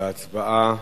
להצבעה